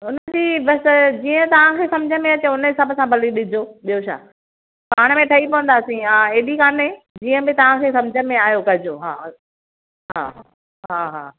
हुन जी बसि जीअं तव्हांखे सम्झि में अचे हुन हिसाब सां भले ॾिजो ॿियो छा पाण में ठही पवंदासीं एॾी काने जीअं बि तव्हांखे सम्झि में आयो कॼो हा हा हा हा हा